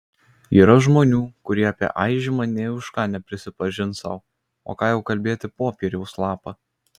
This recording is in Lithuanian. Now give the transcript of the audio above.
yra žmonių kurie apie aižymą nė už ką neprisipažins sau o ką jau kalbėti popieriaus lapą